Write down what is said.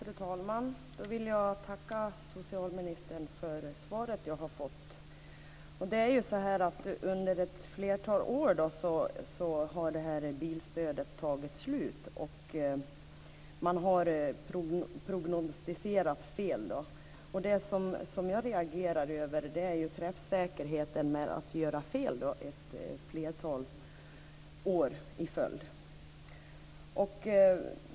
Fru talman! Jag vill tacka socialministern för det svar jag har fått. Under ett flertal år har alltså det här bilstödet tagit slut. Man har prognostiserat fel. Det jag reagerar över är träffsäkerheten i att göra fel ett flertal år i följd.